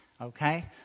Okay